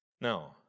Now